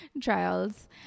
trials